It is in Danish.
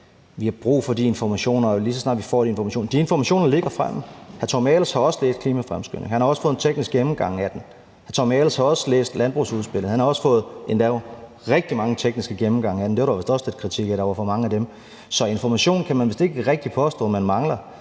har brug for nogle informationer, og at lige så snart man får de informationer, er man med. De informationer ligger fremme, og hr. Tommy Ahlers har også læst klimafremskrivningen, og han har også fået en teknisk gennemgang af den. Hr. Tommy Ahlers har også læst landbrugsudspillet, og han har også fået endog rigtig mange tekniske gennemgange af det – der var vist også lidt kritik af, at der var for mange af dem – så man kan vist ikke rigtig påstå, at man mangler